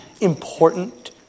important